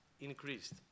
increased